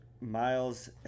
Miles